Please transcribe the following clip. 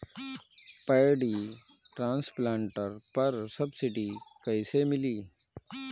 Paddy transplanter पर subsidy कैसे मिली?